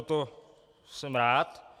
To jsem rád.